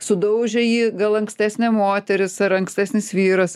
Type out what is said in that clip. sudaužė jį gal ankstesnė moteris ar ankstesnis vyras